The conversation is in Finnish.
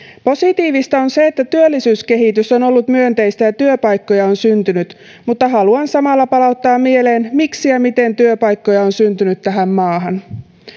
positiivista on se että työllisyyskehitys on ollut myönteistä ja työpaikkoja on syntynyt mutta haluan samalla palauttaa mieleen miksi ja miten työpaikkoja on syntynyt tähän maahan